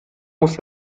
muss